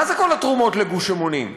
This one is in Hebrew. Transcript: מה זה כל התרומות ל"גוש אמונים",